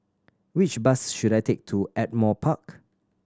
which bus should I take to Ardmore Park